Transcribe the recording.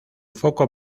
foco